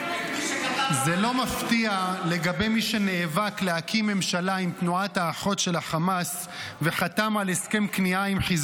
מי שכתב את הנאום זה אדם מנותק שלא יודע מה קורה בחברה